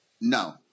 No